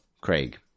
Craig